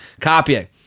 copying